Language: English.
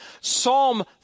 psalm